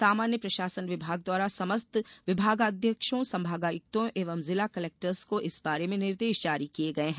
सामान्य प्रशासन विभाग द्वारा समस्त विभागाध्यक्षों संभागायुक्तों एवं जिला कलेक्टर्स को इस बारे में निर्देश जारी किये गये हैं